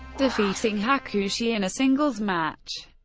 defeating hakushi in a singles match.